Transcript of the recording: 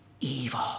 evil